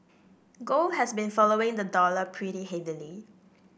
gold has been following the dollar pretty heavily